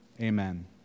amen